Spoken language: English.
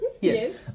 Yes